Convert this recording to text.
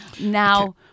now